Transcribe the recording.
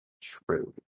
true